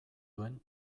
duen